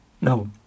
no